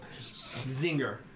zinger